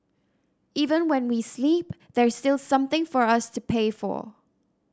even when we sleep there's still something for us to pay for